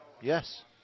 Yes